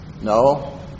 No